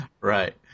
Right